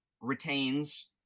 retains